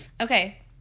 Okay